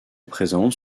présente